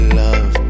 love